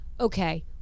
okay